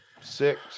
six